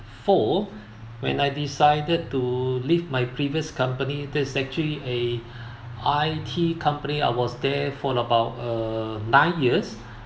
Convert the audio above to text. four when I decided to leave my previous company that is actually a I_T company I was there for about uh nine years